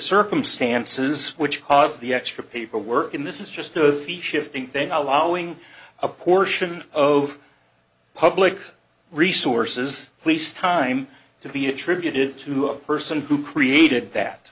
circumstances which caused the extra paperwork in this is just to the shifting thing allowing a portion of public resources police time to be attributed to a person who created that